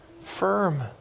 Firm